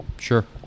Sure